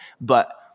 but-